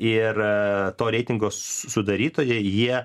ir to reitingo sudarytojai jie